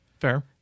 Fair